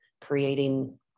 creating